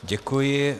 Děkuji.